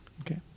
Okay